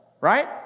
Right